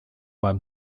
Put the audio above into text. beim